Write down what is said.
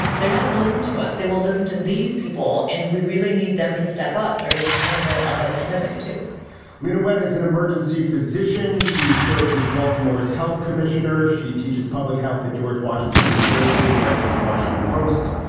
they're not gonna listen to us. they will listen to these people. and we really need them to step up during this time of an other pandemic to leana wen as an emergency physician, she served as baltimore's health commissioner. she teaches public health at george washington university and writes for the washington post.